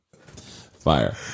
Fire